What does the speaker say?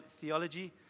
theology